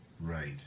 Right